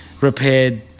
repaired